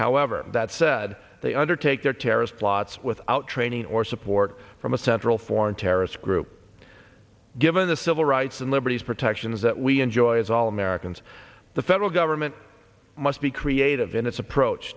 however that said they undertake their terrorist plots without training or support from a central foreign terrorist group given the civil rights and liberties protections that we enjoy as all americans the federal government must be creative in its approach